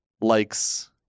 likes